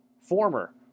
former